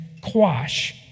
quash